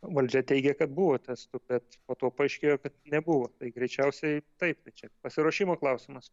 valdžia teigia kad buvo testų bet po to paaiškėjo kad nebuvo tai greičiausiai taip čia pasiruošimo klausimas